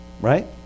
Right